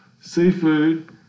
seafood